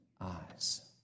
eyes